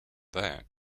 that